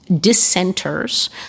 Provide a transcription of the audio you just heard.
dissenters